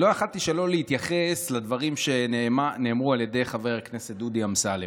לא יכולתי שלא להתייחס לדברים שנאמרו על ידי חבר הכנסת דודי אמסלם.